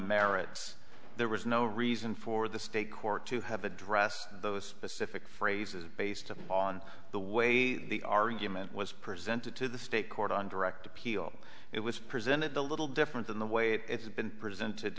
merits there was no reason for the state court to have addressed those specific phrases based on the way the argument was presented to the state court on direct appeal it was presented a little different than the way it's been presented